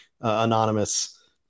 anonymous